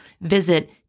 Visit